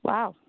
Wow